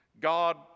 God